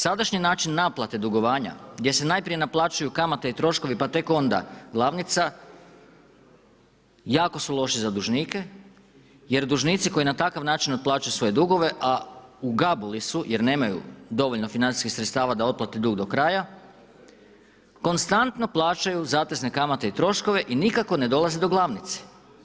Sadašnji način naplate dugovanja, gdje se najprije naplaćuju kamate i troškovi, pa tek onda glavnica, jako su loši za dužnike, jer dužnici koji na takav način otplaćuju svoje dugove, a u gabuli su jer nemaju dovoljno financijskih sredstava, da otplate dug do kraja, konstanto plaćaju zatezne kamate i troškove i nikako ne dolaze do glavnice.